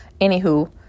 anywho